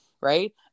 right